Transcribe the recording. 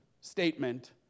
statement